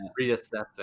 reassessing